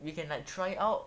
we can like try out